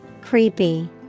creepy